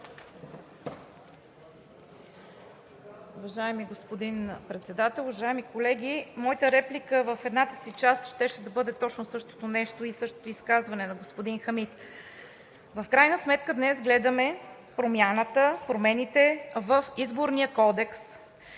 Уважаеми господин Председател, уважаеми колеги! Моята реплика в едната си част щеше да бъде точно същото нещо и същото изказване на господин Хамид. В крайна сметка днес гледаме промените в Изборния кодекс